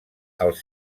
els